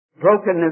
Brokenness